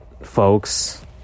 folks